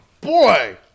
boy